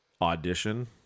audition